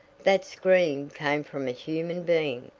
that scream came from a human being,